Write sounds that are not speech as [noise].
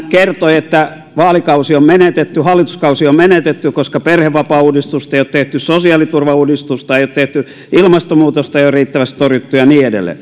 [unintelligible] kertoi että vaalikausi on menetetty hallituskausi on menetetty koska perhevapaauudistusta ei ole tehty sosiaaliturvauudistusta ei ole tehty ilmastonmuutosta ei ole riittävästi torjuttu ja niin